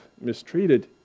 mistreated